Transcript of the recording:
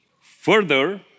Further